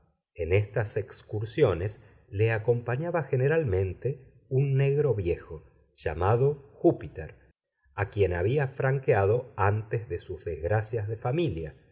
en estas excursiones le acompañaba generalmente un negro viejo llamado júpiter a quien había franqueado antes de sus desgracias de familia